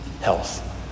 health